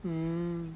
mm